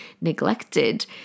neglected